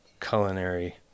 culinary